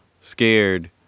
scared